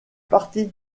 partie